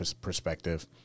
perspective